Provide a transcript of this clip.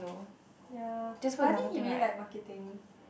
ya but I think he really like marketing